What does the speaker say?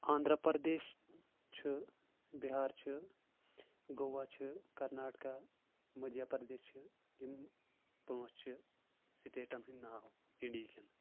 آندراپردیش چھ بِہار چھ گوا چھ کرناٹکا مٔدیا پردیش چھِ یِم پانٛژھ چھِ سٹیٹن ہٕنٛدۍ ناو انڈہیٖکٮ۪ن